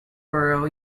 burrow